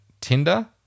Tinder